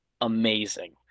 amazing